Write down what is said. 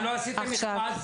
למה לא עשיתם מכרז?